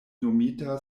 nomita